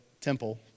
temple